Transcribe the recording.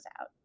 out